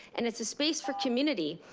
and it's a space for community.